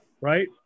right